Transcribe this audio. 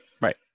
Right